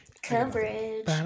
coverage